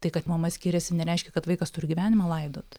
tai kad mama skiriasi nereiškia kad vaikas turi gyvenimą laidot